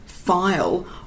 file